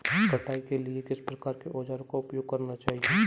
कटाई के लिए किस प्रकार के औज़ारों का उपयोग करना चाहिए?